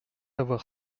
avoir